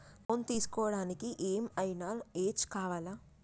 Loan తీస్కోవడానికి ఏం ఐనా ఏజ్ కావాలా?